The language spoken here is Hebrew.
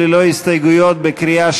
אם כן, חברי הכנסת, מסעיף 4 ועד בכלל,